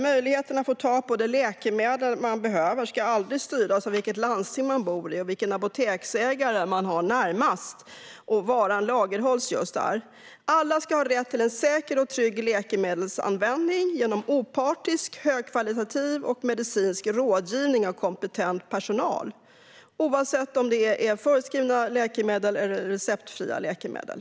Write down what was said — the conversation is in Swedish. Möjligheten att få tag i de läkemedel man behöver ska aldrig styras av vilket landsting man bor i, vilken apoteksägare man har närmast eller om varan lagerhålls just där. Alla ska ha rätt till säker och trygg läkemedelsanvändning genom opartisk och högkvalitativ medicinsk rådgivning av kompetent personal, oavsett om det gäller förskrivna eller receptfria läkemedel.